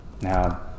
Now